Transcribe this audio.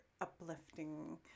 uplifting